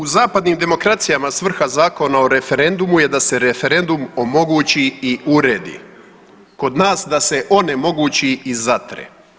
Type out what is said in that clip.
U zapadnim demokracijama s vrha Zakona o referendumu je da se referendum omogući i uredi, kod nas da se onemogući i zatre.